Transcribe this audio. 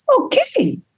okay